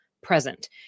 present